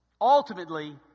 Ultimately